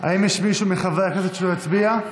האם יש מישהו מחברי הכנסת שלא הצביע?